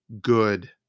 good